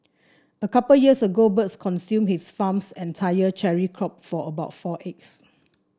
a couple years ago birds consumed his farm's entire cherry crop for about four acres